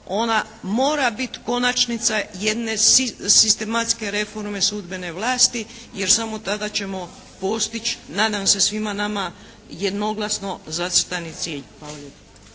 ona mora bit konačnica jedne sistematske reforme sudbene vlasti jer samo tada ćemo postić nadam se, svima nama jednoglasno zacrtani cilj.